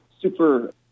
Super